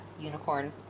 unicorn